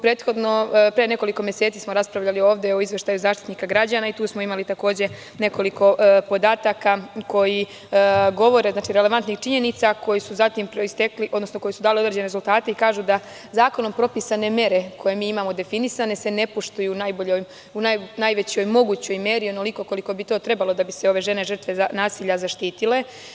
Pre nekoliko meseci smo raspravljali ovde o Izveštaju Zaštitnika građana i tu smo imali takođe nekoliko podataka koji govore, znači relevantnih činjenica, koji su zatim proistekli, odnosno koji su dali određene rezultate i kažu da zakonom propisane mere, koje mi imamo definisane, se ne poštuju u najvećoj mogućoj meri onoliko koliko bi to trebalo da bi se ove žrtve nasilja zaštitile.